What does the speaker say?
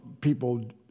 people